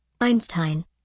einstein